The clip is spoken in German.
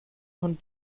von